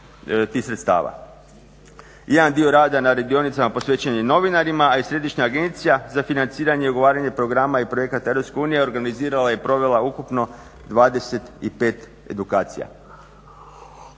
Jedan dio rada na radionicama posvećenim novinarima, a i Središnja agencija za financiranje i ugovaranje programa i projekata EU organizirala je provela ukupno 25 edukacija.